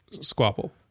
squabble